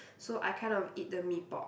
so I kind of eat the mee pok